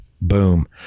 boom